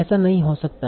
ऐसा नहीं हो सकता